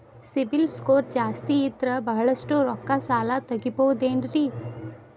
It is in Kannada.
ಸಿಬಿಲ್ ಸ್ಕೋರ್ ಜಾಸ್ತಿ ಇದ್ರ ಬಹಳಷ್ಟು ರೊಕ್ಕ ಸಾಲ ತಗೋಬಹುದು ಏನ್ರಿ?